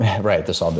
Right